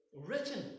written